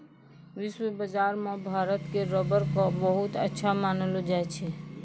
विश्व बाजार मॅ भारत के रबर कॅ बहुत अच्छा मानलो जाय छै